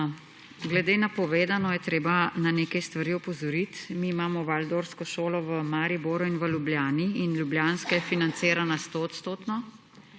Glede na povedano je treba na nekaj stvari opozoriti. Mi imamo waldorfsko šolo v Mariboru in v Ljubljani, ljubljanska je financirana 100-odstotno,